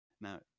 Now